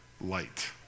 light